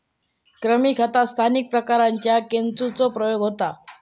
कृमी खतात स्थानिक प्रकारांच्या केंचुचो प्रयोग होता